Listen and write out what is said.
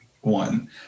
one